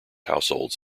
households